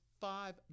five